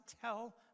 tell